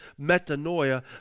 metanoia